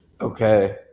Okay